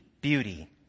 beauty